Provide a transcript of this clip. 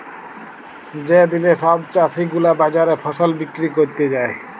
যে দিলে সব চাষী গুলা বাজারে ফসল বিক্রি ক্যরতে যায়